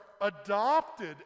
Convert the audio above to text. adopted